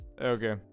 okay